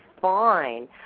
fine